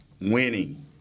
winning